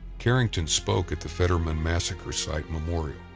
carrington spoke at the fetterman massacre site memorial,